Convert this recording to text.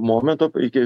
momento iki